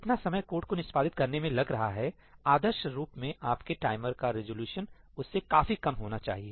जितना समय कोड को निष्पादित करने में लग रहा है आदर्श रूप में आपके टाइमर का रिज़ॉल्यूशन उससे काफी कम होना चाहिए